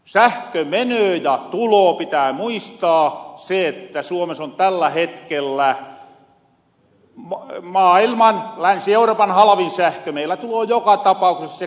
sähkö menöö ja tuloo pitää muistaa se että suomes on tällä hetkellä länsi euroopan halvin sähkö meillä tuloo joka tapaukses se kallistumahan